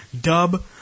dub